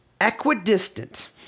equidistant